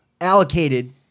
allocated